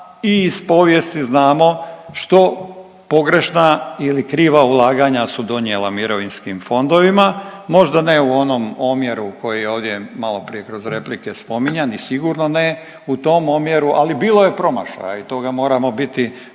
i iz povijesti znamo što pogrešna ili kriva ulaganja su donijela mirovinskim fondovima, možda ne u onom omjeru koji je ovdje maloprije kroz replike spominjan i sigurno ne u tom omjeru ali bilo je promašaja i toga moramo biti,